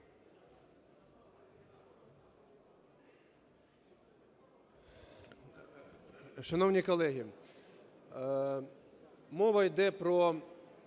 Шановні колеги, мова йде про…